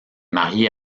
marié